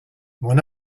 mon